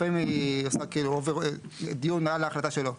לפעמים היא עושה דיון על החלטה שלו.